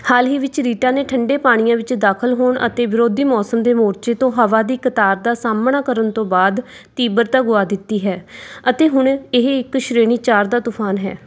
ਹਾਲ ਹੀ ਵਿੱਚ ਰੀਟਾ ਨੇ ਠੰਡੇ ਪਾਣੀਆਂ ਵਿੱਚ ਦਾਖ਼ਲ ਹੋਣ ਅਤੇ ਵਿਰੋਧੀ ਮੌਸਮ ਦੇ ਮੋਰਚੇ ਤੋਂ ਹਵਾ ਦੀ ਕਤਾਰ ਦਾ ਸਾਹਮਣਾ ਕਰਨ ਤੋਂ ਬਾਅਦ ਤੀਬਰਤਾ ਗੁਆ ਦਿੱਤੀ ਹੈ ਅਤੇ ਹੁਣ ਇਹ ਇੱਕ ਸ਼੍ਰੇਣੀ ਚਾਰ ਦਾ ਤੂਫ਼ਾਨ ਹੈ